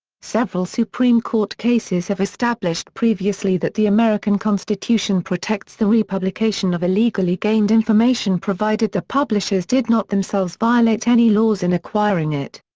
several supreme court cases have established previously that the american constitution protects the re-publication of illegally gained information provided the publishers did not themselves violate any laws in acquiring it.